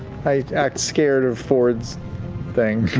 i act scared of fjord's thing.